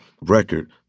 record